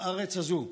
בארץ הזאת.